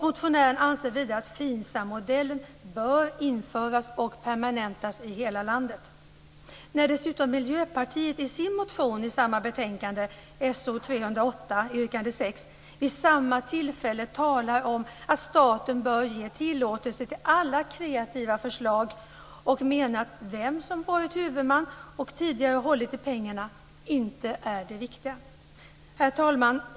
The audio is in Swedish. Motionären anser vidare att FINSAM-modellen bör införas och permanentas i hela landet. Dessutom talade Miljöpartiet i sin motion So308, yrkande 6, vid samma tillfälle om att staten bör ge tillåtelse till alla kreativa förslag, och man anser att vem som varit huvudman och tidigare hållit i pengarna inte är det viktiga. Herr talman!